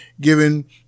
given